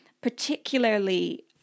particularly